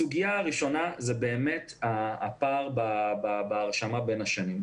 הסוגיה הראשונה היא הפער בהרשמה בין השנים.